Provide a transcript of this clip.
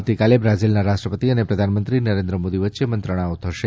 આવતીકાલે બ્રાઝીલના રાષ્ટ્રપતિ અને પ્રધાનમંત્રી નરેન્દ્ર મોદી વચ્ચે મંત્રણાઓ થશે